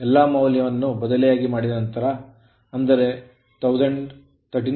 ಎಲ್ಲಾ ಮೌಲ್ಯವನ್ನು ಬದಲಿಯಾಗಿ ಮಾಡಿದ ನಂತರ ಅಂದರೆ 13800 43